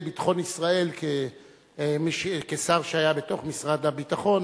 ביטחון ישראל כשר שהיה בתוך משרד הביטחון,